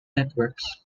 networks